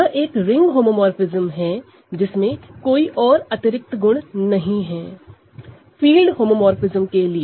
यह एक ring homomorphism है जिसमें कोई और अतिरिक्त गुण नहीं है फील्ड होमोमोरफ़िज्म के लिए